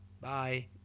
Bye